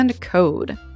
Code